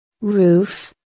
Roof